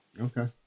okay